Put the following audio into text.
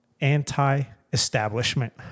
anti-establishment